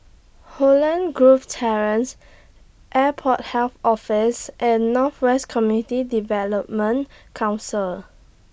Holland Grove Terrace Airport Health Office and North West Community Development Council